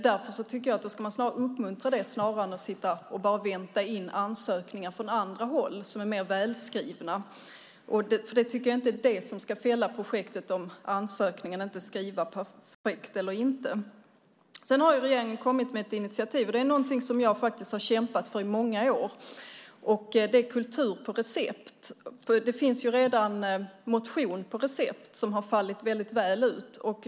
Därför tycker jag att man ska uppmuntra det snarare än bara sitta och vänta in ansökningar som är mer välskrivna från andra håll. Om ansökningen inte är skriven perfekt ska inte vara det som fäller projektet. Regeringen har kommit med ett initiativ om kultur på recept, och det är någonting som jag har kämpat för i många år. Det finns redan motion på recept, som har fallit väldigt väl ut.